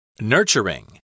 Nurturing